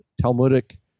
Talmudic